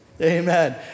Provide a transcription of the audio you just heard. Amen